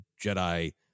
Jedi